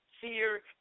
fear